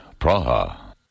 Praha